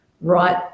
right